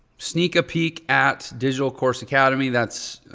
sneak a peek at digital course academy. that's,